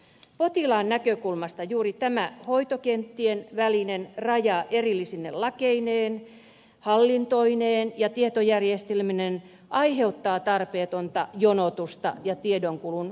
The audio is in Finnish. potilaan näkökulmasta juuri tämä hoitokenttien välinen raja erillisine lakeineen hallintoineen ja tietojärjestelmineen aiheuttaa tarpeetonta jonotusta ja tiedonkulun katkoksia